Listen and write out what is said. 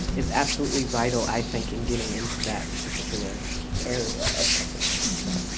is absolutely vital i think in getting into that particular area of publishing. so